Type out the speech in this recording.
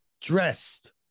Dressed